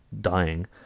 dying